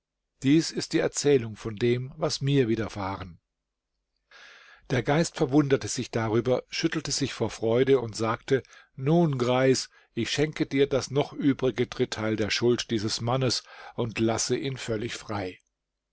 dies ist die erzählung von dem was mir widerfahren der geist verwunderte sich darüber schüttelte sich vor freude und sagte nun greis ich schenke dir das noch übrige dritteil der schuld dieses mannes und lasse ihn völlig frei